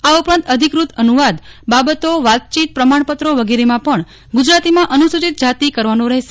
આ ઉપરાંત અધિકૃત અનુવાદ બાબતો વાતચીત પ્રમાણપત્રો વગેરેમાં પણ ગુજરાતીમાં અનુસૂચિત જાતિ કરવાનો રહેશે